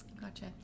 Gotcha